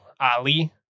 Ali